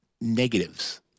negatives